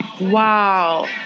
wow